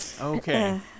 Okay